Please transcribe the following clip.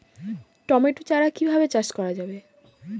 Tomato চারা কিভাবে চাষ করা যাবে?